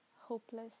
hopeless